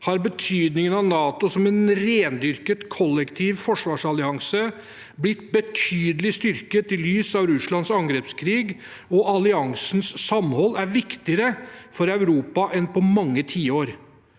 har betydningen av NATO som en rendyrket kollektiv forsvarsallianse blitt betydelig styrket i lys av Russlands angrepskrig, og alliansens samhold er viktigere for Europa enn på mange tiår.